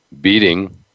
beating